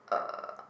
uh